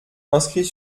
inscrit